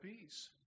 peace